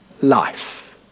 life